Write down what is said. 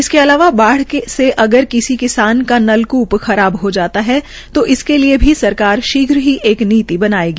इसके अलावा बाढ़ से अगर किसी किसान का नल कून खराब होता जाता है तो इसके लिये भी सरकार शीघ्र ही एक नीति बनायेगी